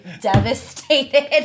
devastated